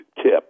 Tip